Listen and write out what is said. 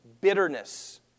bitterness